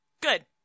Good